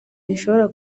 rishobora